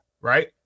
right